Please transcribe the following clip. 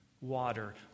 water